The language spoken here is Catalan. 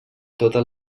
tota